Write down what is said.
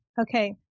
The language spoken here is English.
Okay